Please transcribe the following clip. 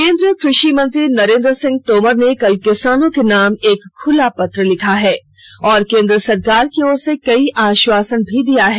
केंद्रीय कृषिमंत्री नरेंद्र सिंह तोमर ने कल किसानों के नाम एक खुला पत्र लिखा है और केंद्र सरकार की ओर से कई आश्वासन भी दिया है